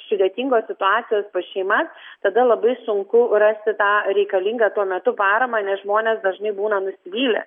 sudėtingos situacijos pas šeimas tada labai sunku rasti tą reikalingą tuo metu paramą nes žmonės dažnai būna nusivylę